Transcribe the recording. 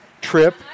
trip